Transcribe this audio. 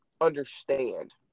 understand